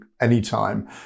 anytime